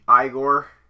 Igor